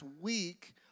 week